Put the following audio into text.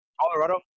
Colorado